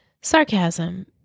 Sarcasm